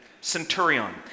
centurion